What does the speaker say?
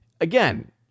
Again